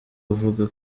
avuga